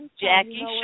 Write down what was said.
Jackie